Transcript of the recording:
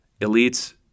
Elites